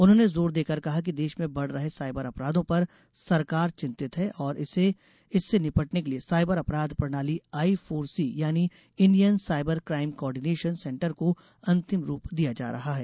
उन्होंने जोर देकर कहा कि देश में बढ़ रहे साइबर अपराधों पर सरकार चिंतित है और इससे निपटने के लिए साइबर अपराध प्रणाली आई फोर सी यानी Indian cyber crime coordination centre को अंतिम रूप दिया जा रहा है